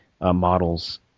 models